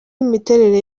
imiterere